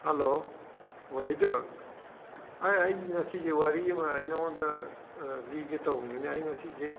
hello Wahidur ꯑꯩ ꯉꯁꯤꯁꯦ ꯋꯥꯔꯤ ꯑꯃ ꯑꯩ ꯅꯉꯣꯟꯗ ꯂꯤꯒꯦ ꯇꯧꯕꯅꯤꯅꯦ ꯑꯩ ꯉꯁꯤꯁꯦ